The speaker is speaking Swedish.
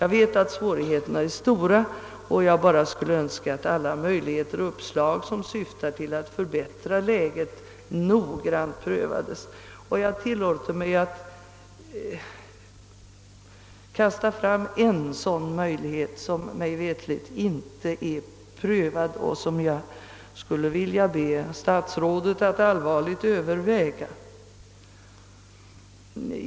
Jag vet att svårigheterna är stora, och jag bara önskar att alla uppslag som syftar till att förbättra läget noggrant prövades. Jag tillåter mig också att nämna ett sådant uppslag, som mig veterligt inte är prövat och som jag skulle vilja be statsrådet att allvarligt överväga.